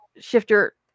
Shifter